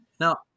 Now